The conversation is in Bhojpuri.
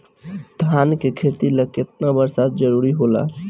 धान के खेती ला केतना बरसात जरूरी होला?